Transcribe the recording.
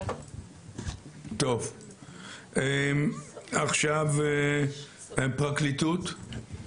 טוב, עכשיו הפרקליטות.